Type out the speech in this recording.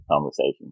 conversation